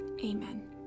Amen